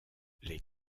les